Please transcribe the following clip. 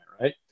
right